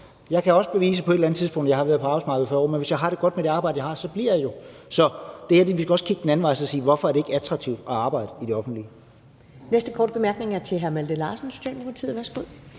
Jeg kan også på et eller anden tidspunkt bevise, at jeg har været på arbejdsmarkedet i 40 år, men hvis jeg har det godt med det arbejde, jeg har, så bliver jeg jo. Så her skal vi også kigge den anden vej og spørge, hvorfor det ikke er attraktivt at arbejde i det offentlige.